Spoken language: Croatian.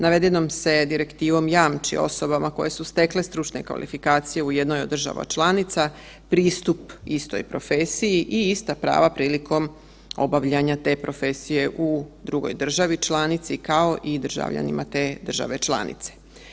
Navedenom se direktivom jamči osobama koje su stekle stručne kvalifikacije u jednoj od država članica pristup istoj profesiji i ista prava prilikom obavljanja te profesije u drugoj državi članici kao i državljanima te države članice.